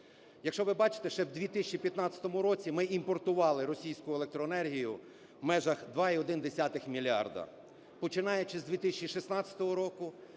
Якщо ви бачите, ще в 2015 році ми імпортували російську електроенергію в межах 2,1 мільярда. Починаючи з 2016 року,